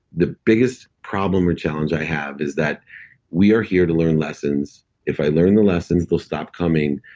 the biggest problem or challenge i have is that we are here to learn lessons. if i learn the lessons, they'll stop coming,